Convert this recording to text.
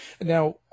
now